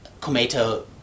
Kometa